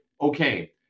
okay